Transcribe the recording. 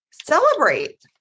Celebrate